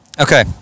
Okay